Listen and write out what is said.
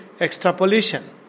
extrapolation